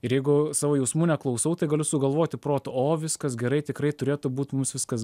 ir jeigu savo jausmų neklausau tai galiu sugalvoti protu o viskas gerai tikrai turėtų būt mums viskas